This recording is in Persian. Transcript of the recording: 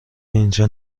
اینجا